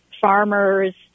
farmers